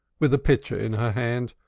with a pitcher in her hand,